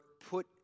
put